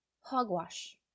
Hogwash